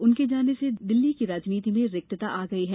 उनके जाने से दिल्ली की राजनीति में रिक्तता आ गई है